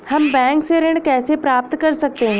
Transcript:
हम बैंक से ऋण कैसे प्राप्त कर सकते हैं?